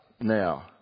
now